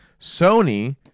Sony